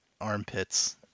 armpits